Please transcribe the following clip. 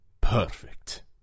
Perfect